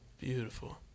Beautiful